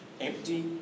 empty